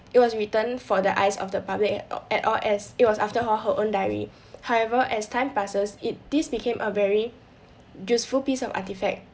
it was written for the eyes of the public at all as it was after all her own diary however as time passes it this became a very useful piece of artifacts